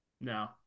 No